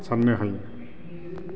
साननो हायो